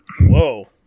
Whoa